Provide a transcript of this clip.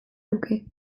luke